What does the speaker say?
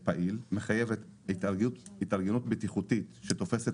פעילה מחייבת התארגנות בטיחותית שתופסת